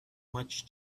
much